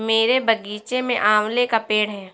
मेरे बगीचे में आंवले का पेड़ है